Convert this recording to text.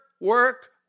work